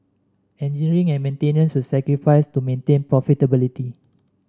engineering and maintenance were sacrificed to maintain profitability